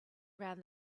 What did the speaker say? around